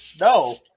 No